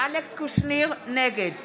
נגד